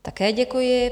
Také děkuji.